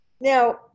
Now